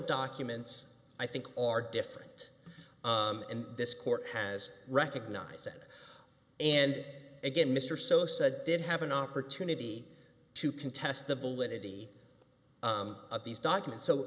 documents i think are different in this court has recognized that and again mr sosa did have an opportunity to contest the validity of these documents so